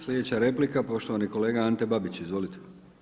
Slijedeća replika poštovani kolega Ante Babić, izvolite.